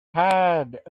had